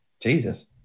Jesus